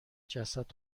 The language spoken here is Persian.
جسد